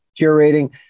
curating